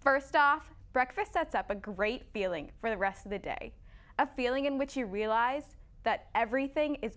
first off breakfast sets up a great feeling for the rest of the day a feeling in which you realize that everything is